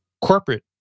corporate